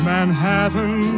Manhattan